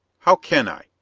how can i?